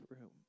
room